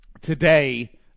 today